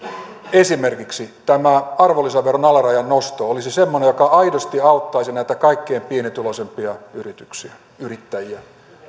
esimerkiksi tämä arvonlisäveron alarajan nosto olisi semmoinen joka aidosti auttaisi näitä kaikkein pienituloisimpia yrittäjiä